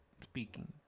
speaking